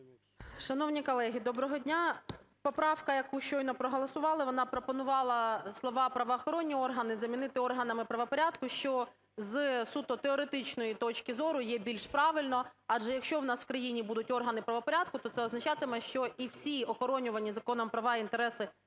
Шановні колеги, доброго дня! Поправка, яку щойно проголосували, вона пропонувала слова "правоохоронні органи" замінити "органами правопорядку", що з суто теоретичної точки зору є більш правильно. Адже, якщо у нас в країні будуть органи правопорядку, то це означатиме, що і всі охоронювані законом права, інтереси